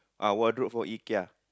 ah wardrobe for Ikea